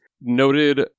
Noted